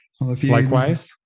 likewise